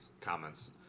comments